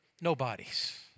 nobodies